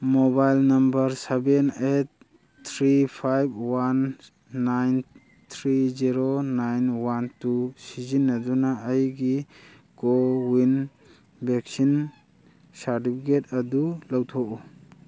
mobile number seven eight three five one nine three zero nine one two ꯁꯤꯖꯤꯟꯅꯗꯨꯅ ꯑꯩꯒꯤ CoWIN vaccine certificate ꯑꯗꯨ ꯂꯧꯊꯣꯛꯎ